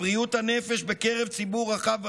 בבריאות הנפש בקרב ציבור רחב בחברה,